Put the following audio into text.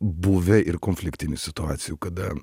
buvę ir konfliktinių situacijų kada